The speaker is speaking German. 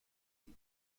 die